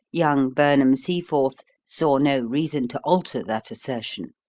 young burnham-seaforth saw no reason to alter that assertion.